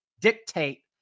dictate